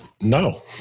no